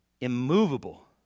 Immovable